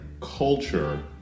culture